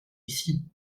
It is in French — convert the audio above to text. ici